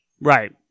Right